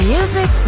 Music